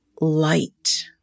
light